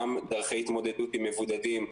גם דרכי התמודדות עם מבודדים,